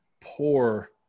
poor